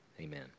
Amen